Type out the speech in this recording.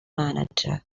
manager